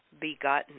begotten